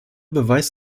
beweis